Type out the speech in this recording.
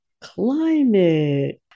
climate